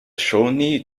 shawnee